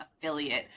affiliate